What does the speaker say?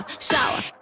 shower